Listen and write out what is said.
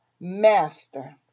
Master